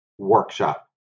workshop